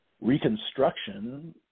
reconstruction